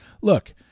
Look